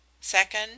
Second